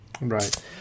Right